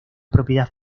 propiedad